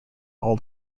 all